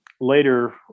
later